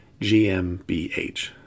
GmbH